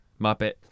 Muppet